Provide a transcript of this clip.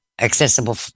accessible